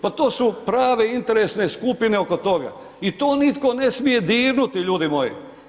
Pa to su prave interesne skupine oko toga i to nitko ne smije dirnuti, ljudi moji.